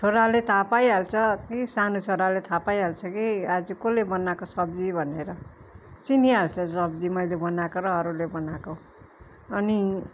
छोराले थाहा पाइहाल्छ कि सानो छोराले थाहा पाइहाल्छ कि आज कसले बनाएको सब्जी भनेर चिनिहाल्छ सब्जी मैले बनाएको र अरूले बनाएको अनि